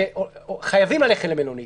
שחייבים ללכת למלונית,